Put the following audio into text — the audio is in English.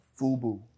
FUBU